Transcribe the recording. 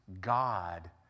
God